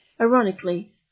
Ironically